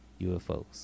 UFOs